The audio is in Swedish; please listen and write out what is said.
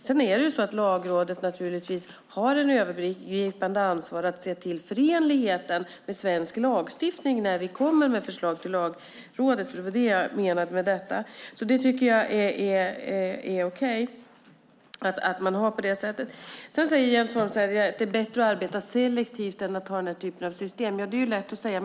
Sedan har Lagrådet naturligtvis ett övergripande ansvar att se till förenligheten med svensk lagstiftning när vi kommer med förslag till Lagrådet. Det var det jag menade, och jag tycker att det är okej att det är på det sättet. Jens Holm säger att det är bättre att arbeta selektivt än att ha den här typen av system. Ja, det är lätt att säga.